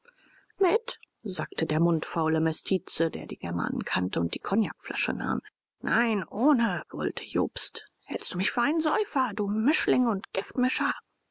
mit sagte der mundfaule mestize der die germanen kannte und die kognakflasche nahm nein ohne brüllte jobst hältst du mich für einen säufer du mischling und